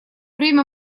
время